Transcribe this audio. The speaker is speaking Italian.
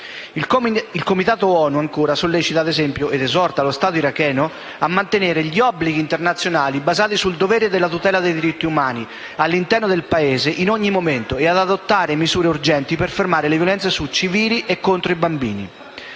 Il Comitato ONU sollecita, ad esempio - ed esorta lo Stato iracheno - a mantenere gli obblighi internazionali basati sul dovere della tutela dei diritti umani all'interno del Paese in ogni momento e ad adottare misure urgenti per fermare le violenze sui civili e contro i bambini.